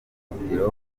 ikubitiro